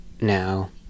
now